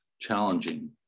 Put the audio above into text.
challenging